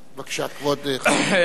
בבקשה, כבוד חבר הכנסת אחמד טיבי.